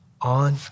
on